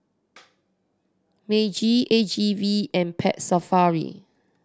Meiji A G V and Pet Safari